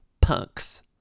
punks